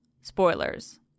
Spoilers